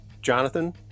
Jonathan